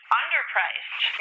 underpriced